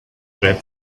get